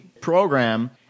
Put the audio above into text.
program